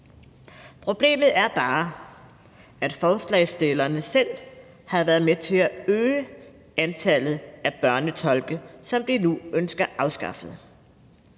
Problemet er bare, at forslagsstillerne selv har været med til at øge antallet af børnetolke, som de nu ønsker afskaffet,